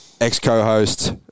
Ex-co-host